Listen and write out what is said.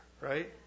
Right